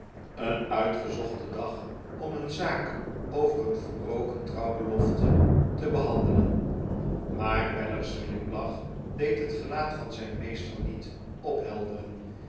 een uitgezochte dag om een zaak over een verbroken trouwbelofte te behandelen maar weller's glimlach deed het gelaat van zijn meester niet ophelderen